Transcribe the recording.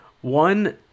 one